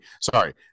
Sorry